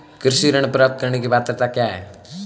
कृषि ऋण प्राप्त करने की पात्रता क्या है?